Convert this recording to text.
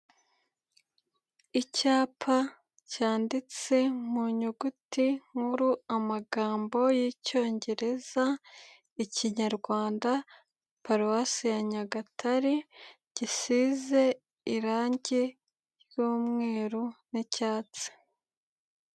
Icyapa cyanditse mu nyuguti nkuru amagambo y'icyongereza, ikinyarwanda, Paruwasi ya Nyagatare, gisize irangi ry'umweru n'icyatsi.